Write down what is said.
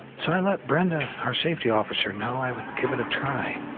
so i let brenda, our safety officer, know i would give it a try.